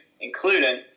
including